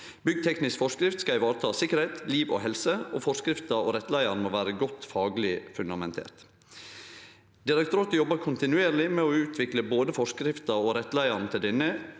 Byggteknisk forskrift skal vareta tryggleik, liv og helse, og forskrifta og rettleiaren må være godt fagleg fundamenterte. Direktoratet jobbar kontinuerleg med å utvikle både forskrifta og rettleiinga til denne,